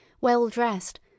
well-dressed